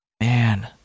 Man